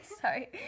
Sorry